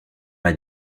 m’a